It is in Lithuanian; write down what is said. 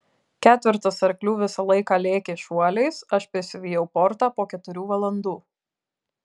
ketvertas arklių visą laiką lėkė šuoliais aš prisivijau portą po keturių valandų